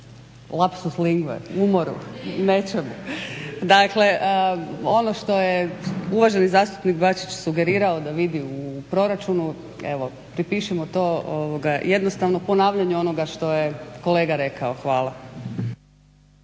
lapsus lingue, umoru, nečemu. Dakle, ono što je uvaženi zastupnik Bačić sugerirao da vidi u proračunu evo pripišimo to jednostavno ponavljanju onoga što je kolega rekao. Hvala.